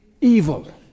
evil